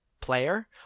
player